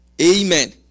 Amen